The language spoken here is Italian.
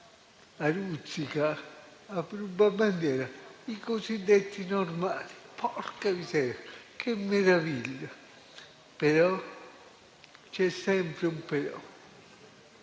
a ruzzica o a rubabandiera, i cosiddetti normali. Porca miseria, che meraviglia! Però, c'è sempre un però.